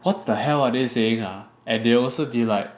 what the hell are they saying ah and they also be like